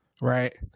right